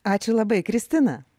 ačiū labai kristina